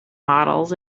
models